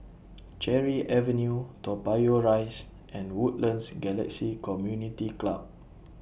Cherry Avenue Toa Payoh Rise and Woodlands Galaxy Community Club